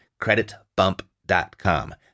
Creditbump.com